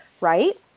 right